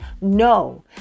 No